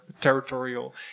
territorial